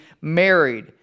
married